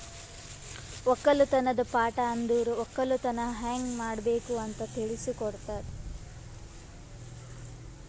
ಒಕ್ಕಲತನದ್ ಪಾಠ ಅಂದುರ್ ಒಕ್ಕಲತನ ಹ್ಯಂಗ್ ಮಾಡ್ಬೇಕ್ ಅಂತ್ ತಿಳುಸ್ ಕೊಡುತದ